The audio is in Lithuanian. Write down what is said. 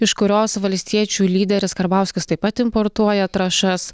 iš kurios valstiečių lyderis karbauskis taip pat importuoja trąšas